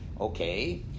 okay